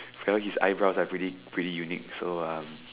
well his eyebrows are pretty pretty unique so uM